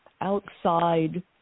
outside